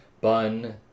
bun